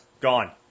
gone